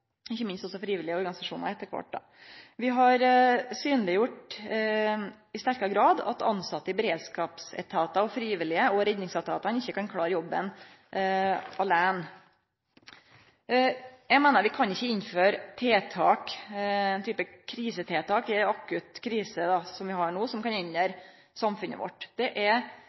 ikkje minst også frivillige organisasjonar etter kvart. Vi har i sterkare grad synleggjort at tilsette i beredskapsetatar, i redningsetatar og frivillige ikkje kan klare jobben aleine. Eg meiner at vi ikkje kan innføre krisetiltak i ei akutt krise, som vi har hatt no, som kan endre samfunnet vårt.